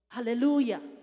Hallelujah